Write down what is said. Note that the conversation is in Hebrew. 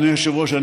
אדוני היושב-ראש,